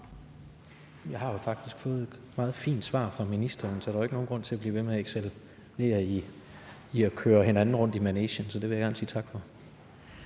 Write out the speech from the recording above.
Jeg har faktisk fået et meget fint svar fra ministeren, så der er jo ikke nogen grund til at blive ved med at excellere i at køre hinanden rundt i manegen. Så det vil jeg gerne sige tak for.